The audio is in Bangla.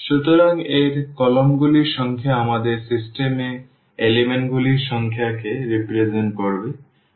সুতরাং এর কলামগুলির সংখ্যা আমাদের সিস্টেম এ উপাদানগুলির সংখ্যাকে প্রতিনিধিত্ব করবে